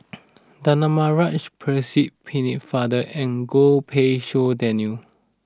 Danaraj Percy Pennefather and Goh Pei Siong Daniel